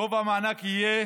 גובה המענק יהיה